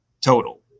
total